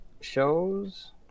shows